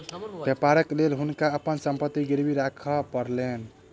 व्यापारक लेल हुनका अपन संपत्ति गिरवी राखअ पड़लैन